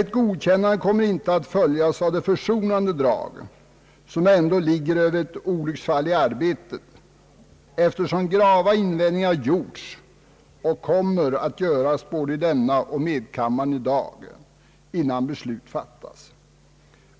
Ett godkännande kommer inte att få det försonande eftermäle som ändå brukar följa ett »olycksfall i arbetet», eftersom grava invändningar gjorts och kommer att göras i dag både i denna kammare och i medkammaren, innan beslut fat tas.